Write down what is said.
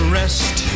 rest